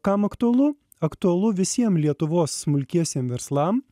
kam aktualu aktualu visiem lietuvos smulkiesiem verslam